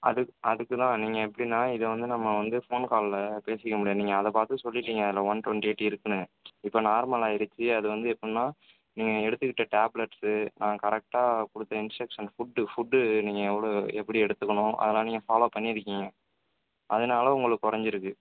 அது அதற்குதான் நீங்கள் எப்படின்னா இத வந்து நம்ம வந்து ஃபோன் காலில் பேசிக்க முடியாது நீங்கள் அதை பார்த்து சொல்லீட்டிங்க அதில் ஒன் டுவெண்ட்டி எயிட் இருக்குன்னு இப்போ நார்மலாயிடுச்சு அது வந்து எப்பின்னா நீங்கள் எடுத்துக்கிட்ட டேப்லட்ஸு நாங்கள் கரெக்ட்டாக கொடுத்த இன்ஸ்ட்ரக்ஷன் ஃபுட்டு ஃபுட்டு நீங்கள் எவ்வளோ எப்படி எடுத்துக்கனும் அதெல்லாம் நீங்கள் ஃபாலோவ் பண்ணிருக்கீங்க அதனால் உங்களுக்கு குறஞ்சிருக்கு